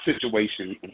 situation